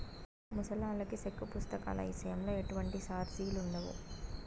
ముసలాల్లకి సెక్కు పుస్తకాల ఇసయంలో ఎటువంటి సార్జిలుండవు